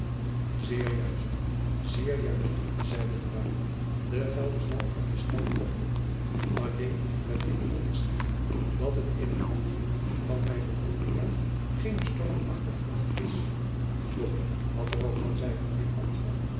zeer juist zeer juist zeide de baron den gelderschman op den schouder kloppende alleen met dit onderscheid dat het in het hartje van mijne ulrica geene stormachtige nacht is doch wat er ook van zij heer